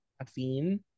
caffeine